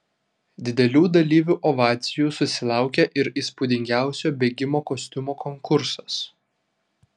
didelių dalyvių ovacijų susilaukė ir įspūdingiausio bėgimo kostiumo konkursas